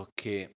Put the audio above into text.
che